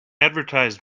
advertised